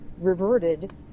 reverted